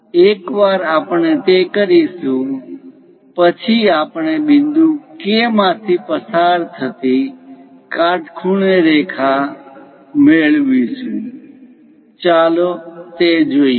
એકવાર આપણે તે કરીશું પછી આપણે બિંદુ K માંથી પસાર થતી કાટખૂણે રેખા મેળવીશું ચાલો તે જોઈએ